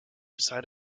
side